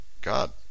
God